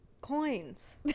coins